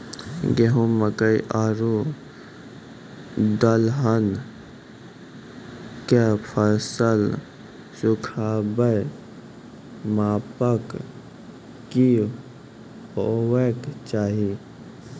गेहूँ, मकई आर दलहन के फसलक सुखाबैक मापक की हेवाक चाही?